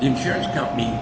insurance company